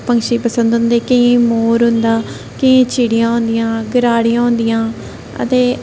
पसंद होदे केंइये गी मोर होंदा केंइये गी चिड़ियां होंदियां गटारियां होंदिया ते